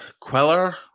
Queller